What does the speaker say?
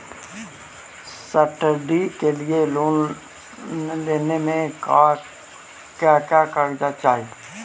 Study के लिये loan लेने मे का क्या कागजात चहोये?